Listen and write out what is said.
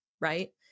right